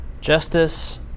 Justice